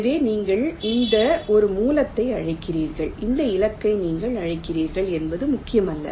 எனவே நீங்கள் எந்த ஒரு மூலத்தை அழைக்கிறீர்கள் எந்த இலக்கை நீங்கள் அழைக்கிறீர்கள் என்பது முக்கியமல்ல